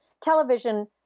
television